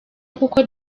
kuko